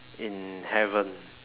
in heaven